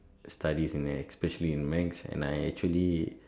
studies especially in maths and I actually